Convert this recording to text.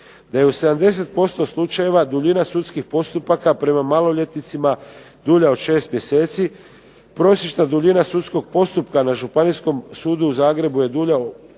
navoda, u 70% slučajeva duljina sudskih postupaka prema maloljetnicima dulje od 6 mjeseci, prosječna duljina sudskog postupka na Županijskom sudu u Zagrebu je dulja od 6 mjeseci